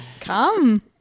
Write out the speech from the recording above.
come